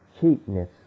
cheapness